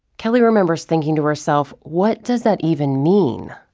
kelly remembers thinking to herself, what does that even mean?